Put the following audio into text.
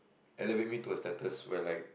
elevate me to a status where like